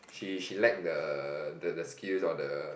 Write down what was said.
she she lack the the skills or the